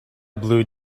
blue